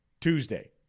Tuesday